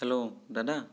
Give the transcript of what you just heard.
hello দাদা